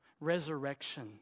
Resurrection